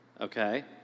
Okay